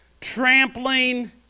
Trampling